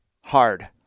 hard